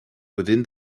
within